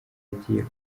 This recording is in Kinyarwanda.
agiye